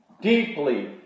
deeply